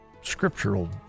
scriptural